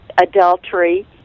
adultery